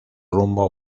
rumbo